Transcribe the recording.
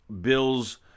Bill's